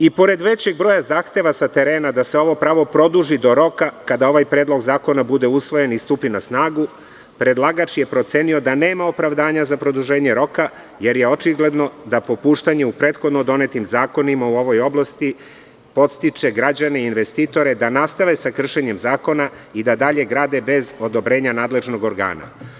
I pored većeg broja zahteva sa terena da se ovo pravo produži do roka kada ovaj predlog zakona bude usvojen i stupi na snagu, predlagač je procenio da nema opravdanja za produženje roka jer je očigledno da popuštanje u prethodno donetim zakonima u ovoj oblasti podstiče građane i investitore da nastave sa kršenjem zakona i da dalje grade bez odobrenja nadležnog organa.